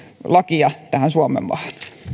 lakia tähän suomenmaahan